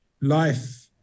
life